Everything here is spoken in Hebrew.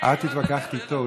את התווכחת איתו.